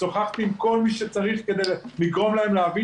שוחחתי עם כל מי שצריך כדי לגרום להם להבין